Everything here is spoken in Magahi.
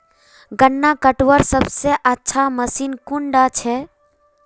गन्ना कटवार सबसे अच्छा मशीन कुन डा छे?